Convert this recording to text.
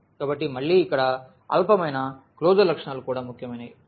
కాబట్టి మళ్ళీ ఇక్కడ అల్పమైన క్లోజర్ లక్షణాలు కూడా ముఖ్యమైనవి